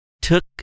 took